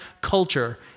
culture